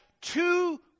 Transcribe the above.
two